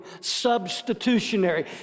substitutionary